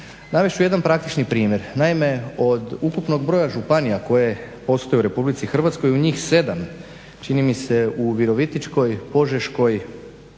Navest ću jedan praktični primjer, naime od ukupnog broja županija koje postoje u RH u njih 7 čini mi se u Virovitičkoj, Požeškoj,